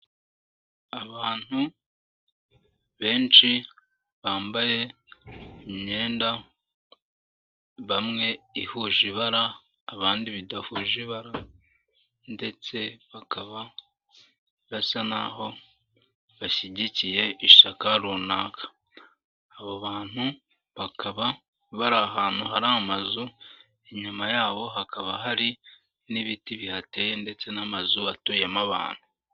Abantu benshi bambaye imyenda bamwe ihuje ibara, abandi bidahuje ibara ndetse bakaba basa n'aho bashyigikiye ishyaka runaka, abo bantu bakaba bari ahantu hari amazu inyuma yabo hakaba hari n'ibiti bihateye ndetse n'amazu atuyemo abantu.